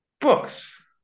Books